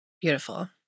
Beautiful